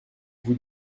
vous